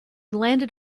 landed